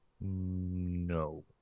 No